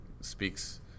speaks